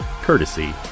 courtesy